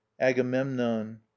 agamemnon